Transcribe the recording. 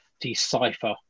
decipher